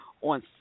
on